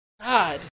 God